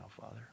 Father